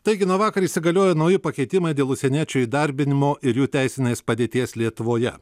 taigi nuo vakar įsigaliojo nauji pakeitimai dėl užsieniečių įdarbinimo ir jų teisinės padėties lietuvoje